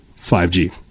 5G